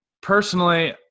personally